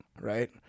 right